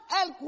el